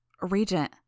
Regent